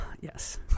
Yes